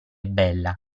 bella